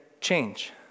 change